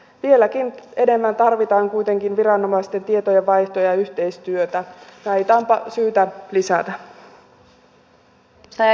vieläkin enemmän tarvitaan kuitenkin viranomaisten tietojenvaihtoa ja yhteistyötä näitä on syytä lisätä